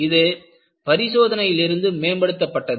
இது பரிசோதனையில் இருந்து மேம்படுத்தப்பட்டது